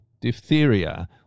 diphtheria